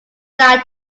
died